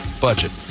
budget